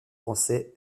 français